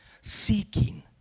seeking